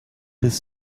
his